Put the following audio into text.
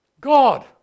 God